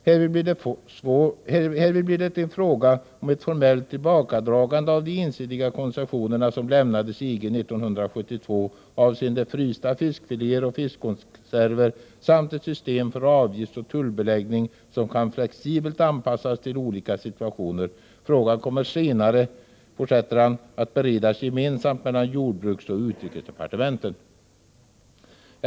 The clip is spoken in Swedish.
Härvid, sade han, blir det en fråga om ett formellt tillbakadragande av de ensidiga koncessioner som lämnades EG 1972 avseende frysta fiskfiléer och fiskkonserver samt ett system för avgiftsoch tullbeläggning som kan anpassas flexibelt till olika situationer. Frågan kommer sedan, fortsatte han, att beredas gemensamt mellan jordbruksoch utrikesdepartementen.